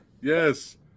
Yes